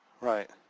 Right